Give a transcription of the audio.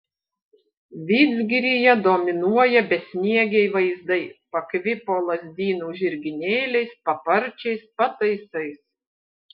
vidzgiryje dominuoja besniegiai vaizdai pakvipo lazdynų žirginėliais paparčiais pataisais